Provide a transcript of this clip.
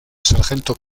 sargento